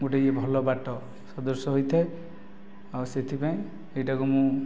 ଗୋଟିଏ ଭଲ ବାଟ ପ୍ରଦର୍ଶ ହୋଇଥାଏ ଆଉ ସେଥିପାଇଁ ଏହିଟାକୁ ମୁଁ